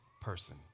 person